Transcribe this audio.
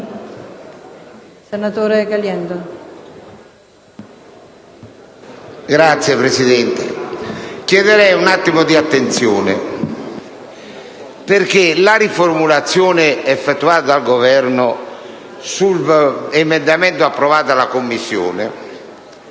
Signora Presidente, chiederei un attimo di attenzione perché la riformulazione proposta dal Governo sull'emendamento approvato dalla Commissione